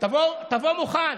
תבוא מוכן.